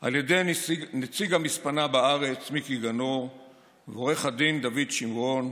על ידי נציג המספנה בארץ מיקי גנור ועו"ד דוד שמרון,